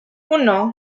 uno